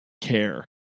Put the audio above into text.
care